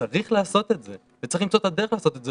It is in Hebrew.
שצריך לעשות את זה וצריך למצוא את הדרך לעשות את זה,